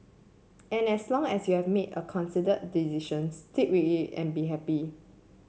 and as long as you have made a considered decision stick with it and be happy